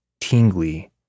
tingly